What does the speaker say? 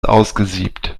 ausgesiebt